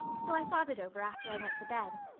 so i thought it over after i went to bed.